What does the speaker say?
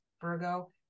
Virgo